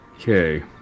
Okay